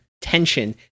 tension